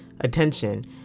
attention